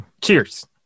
Cheers